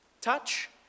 Touch